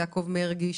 יעקב מרגי,